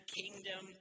kingdom